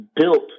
built